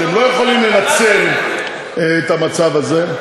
אתם לא יכולים לנצל את המצב הזה,